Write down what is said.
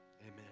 Amen